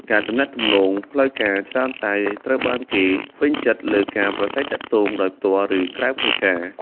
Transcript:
ការទំនាក់ទំនងផ្លូវការច្រើនតែត្រូវបានគេពេញចិត្តលើការប្រាស្រ័យទាក់ទងដោយផ្ទាល់ ឬក្រៅផ្លូវការ។